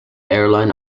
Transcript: airline